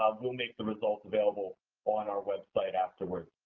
um we'll make the results available on our website afterwards.